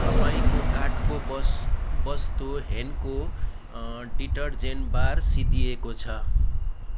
तपाईँको कार्टको बस वस्तु हेन्को डिटर्जेन्ट बार सिद्धिएको छ